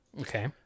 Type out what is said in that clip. Okay